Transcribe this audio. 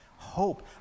Hope